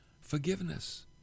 forgiveness